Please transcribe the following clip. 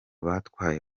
batwaye